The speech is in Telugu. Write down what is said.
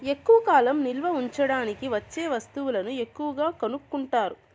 ఎక్కువ కాలం నిల్వ ఉంచడానికి వచ్చే వస్తువులను ఎక్కువగా కొనుక్కుంటారు